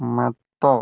മത്തോ